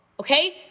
okay